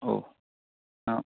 ഓഹ് ആ